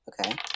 Okay